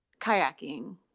kayaking